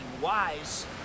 wise